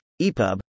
EPUB